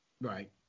Right